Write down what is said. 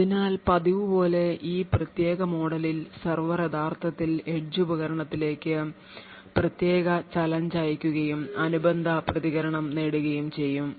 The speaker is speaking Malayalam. അതിനാൽ പതിവുപോലെ ഈ പ്രത്യേക മോഡലിൽ സെർവർ യഥാർത്ഥത്തിൽ എഡ്ജ് ഉപകരണത്തിലേക്ക് പ്രത്യേക ചാലഞ്ച് അയയ്ക്കുകയും അനുബന്ധ പ്രതികരണം നേടുകയും ചെയ്യും